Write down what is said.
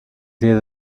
diez